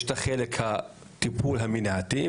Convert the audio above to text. יש את החלק של הטיפול המניעתי,